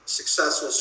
successful